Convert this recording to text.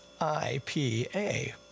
IPA